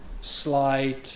slide